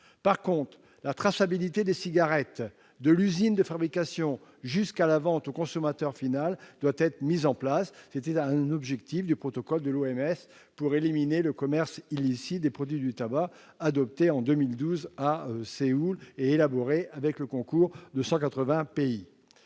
revanche, la traçabilité des cigarettes de l'usine de fabrication jusqu'à la vente au consommateur final doit être mise en place. C'était un objectif du protocole de l'Organisation mondiale de la santé, l'OMS, pour éliminer le commerce illicite des produits du tabac, protocole adopté en 2012 à Séoul et élaboré avec le concours de 180 pays.